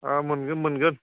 मोनगोन मोनगोन